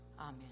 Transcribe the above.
Amen